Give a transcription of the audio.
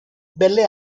belle